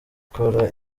gukora